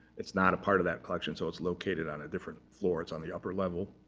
it's not a part of that collection. so it's located on a different floor. it's on the upper level.